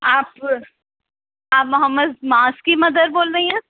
آپ آپ محمد معاذ کی مدر بول رہی ہیں